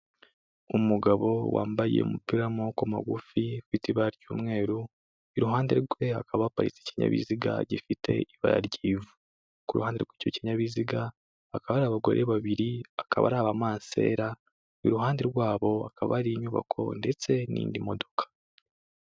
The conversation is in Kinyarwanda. Umugabo wambaye umupira w'amaboko magufi ufite ibara ry'umweru, iruhande rwe hakaba haparitse ikinyabiziga gifite ibara ry'ivu, kuruhande rw'icyo kinyabiziga hakaba hari abagore babiri akaba ari abamansera, iruhande rwabo hakaba hari inyubako ndetse n'indi modoka.